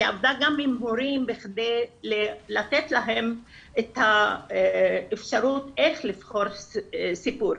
היא עבדה גם עם הורים בכדי לתת להם את האפשרות איך לבחור סיפור.